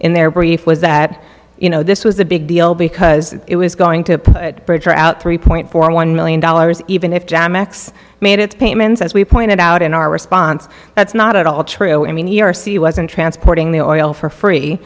in their brief was that you know this was a big deal because it was going to bridger out three point four one million dollars even if jam x made its payments as we pointed out in our response that's not at all true any r c wasn't transporting the oil for free